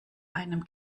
einem